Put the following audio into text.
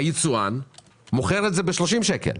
היצואן מוכר את זה ב-30 שקלים.